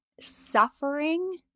suffering